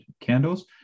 candles